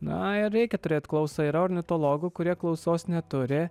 nair reikia turėt klausą yra ornitologų kurie klausos neturi